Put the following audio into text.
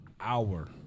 Hour